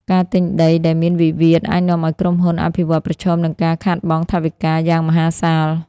ការទិញដីដែលមានវិវាទ អាចនាំឱ្យក្រុមហ៊ុនអភិវឌ្ឍន៍ប្រឈមនឹងការខាតបង់ថវិកាយ៉ាងមហាសាល។